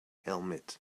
helmet